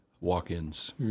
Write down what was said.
walk-ins